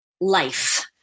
life